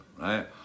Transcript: right